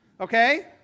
Okay